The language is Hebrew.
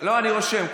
אני רושם.